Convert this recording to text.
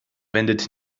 wendet